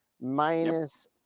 minus